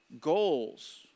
Goals